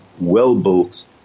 well-built